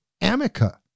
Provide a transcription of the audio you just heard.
Amica